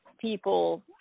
people